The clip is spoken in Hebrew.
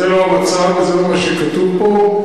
זה לא המצב וזה לא מה שכתוב פה,